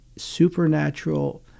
Supernatural